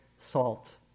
salt